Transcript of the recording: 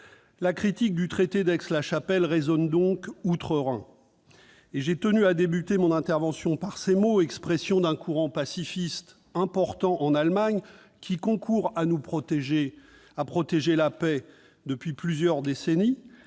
La critique du traité d'Aix-la-Chapelle résonne donc outre-Rhin. Si j'ai tenu à commencer mon intervention par ces mots, expression d'un courant pacifiste important en Allemagne, qui concourt à protéger la paix depuis plusieurs décennies,